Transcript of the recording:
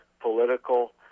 political